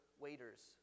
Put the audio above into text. waiters